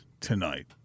tonight